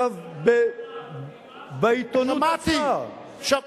וכאשר, עכשיו, בעיתונות עצמה, שמעתי.